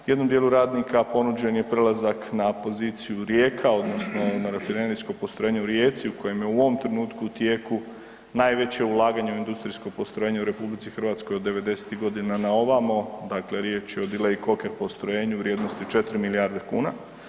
Jednom dijelu radnika ponuđen je prelazak na poziciju Rijeka odnosno na rafinerijsko postrojenje u Rijeci u kojem je u ovom trenutku u tijeku najveće ulaganje u industrijsko postrojenje u RH od '90.-tih godina na ovamo, dakle riječ je o delayed coker postrojenju u vrijednosti 4 milijarde kuna.